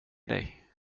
dig